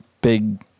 big